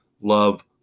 love